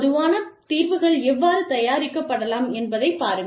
பொதுவான தீர்வுகள் எவ்வாறு தயாரிக்கப்படலாம் என்பதைப் பாருங்கள்